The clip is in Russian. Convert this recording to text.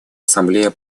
ассамблея